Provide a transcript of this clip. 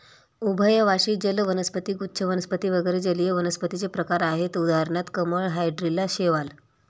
उभयवासी जल वनस्पती, गुच्छ वनस्पती वगैरे जलीय वनस्पतींचे प्रकार आहेत उदाहरणार्थ कमळ, हायड्रीला, शैवाल